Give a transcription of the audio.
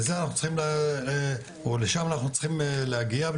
ולשם אנחנו צריכים להגיע,